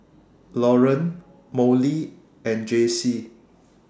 Loren Mollie and Jaycee